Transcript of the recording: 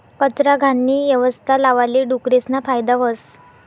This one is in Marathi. कचरा, घाणनी यवस्था लावाले डुकरेसना फायदा व्हस